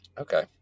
okay